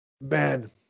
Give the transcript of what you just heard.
Man